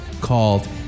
called